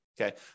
okay